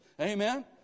Amen